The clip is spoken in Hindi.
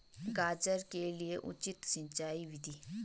गाजर के लिए उचित सिंचाई विधि?